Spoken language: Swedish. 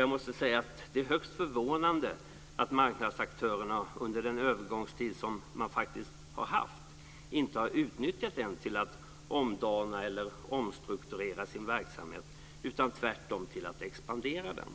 Jag måste säga att det är högst förvånande att marknadsaktörerna under den övergångstid som man faktiskt har haft inte har utnyttjat den till att omdana eller omstrukturera sin verksamhet utan tvärtom till att expandera den.